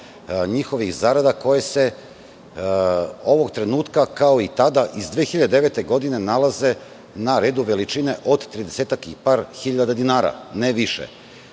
njihovih zarada koje se ovog trenutka, kao i tada iz 2009. godine, nalaze na redu veličine od tridesetak i par hiljada dinara, ne više.Zašto